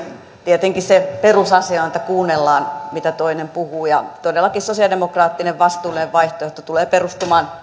tietenkin se perusasia on että kuunnellaan mitä toinen puhuu todellakin sosialidemokraattinen vastuullinen vaihtoehto tulee perustumaan